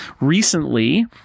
recently